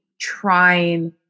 trying